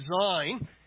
design